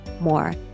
more